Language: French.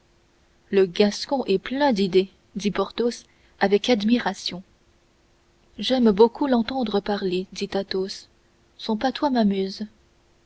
le gascon est plein d'idées dit porthos avec admiration j'aime beaucoup l'entendre parler dit athos son patois m'amuse